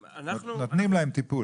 נותנים להם טיפול.